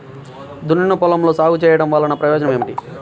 దున్నిన పొలంలో సాగు చేయడం వల్ల ప్రయోజనం ఏమిటి?